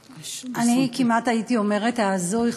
כמעט, הייתי אומרת, ההזוי.